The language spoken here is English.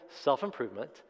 self-improvement